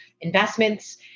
investments